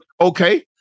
Okay